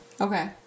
Okay